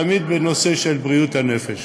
תמיד בנושא של בריאות הנפש.